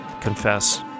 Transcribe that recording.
confess